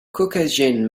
caucasian